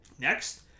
Next